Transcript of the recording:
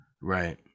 right